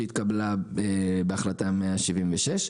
שהתקבלה בהחלטה 176,